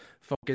focus